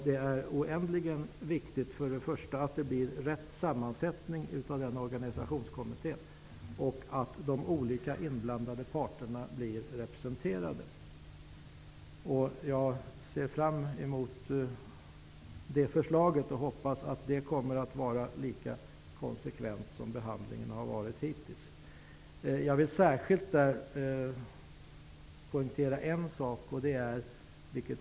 Det är oändligt viktigt att se till att det blir rätt sammansättning i kommittén och att de olika inblandade parterna blir representerade. Jag ser fram emot förslaget till kommittésammansättning och hoppas att det kommer att vara lika konsekvent som behandlingen har varit hittills. Jag vill särskilt poängtera en sak.